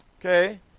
okay